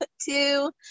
two